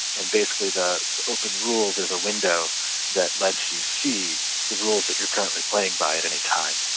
and basically the open rules is a window that lets you see the rules that you're currently playing by at any time.